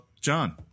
John